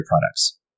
products